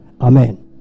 Amen